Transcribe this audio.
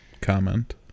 comment